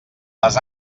les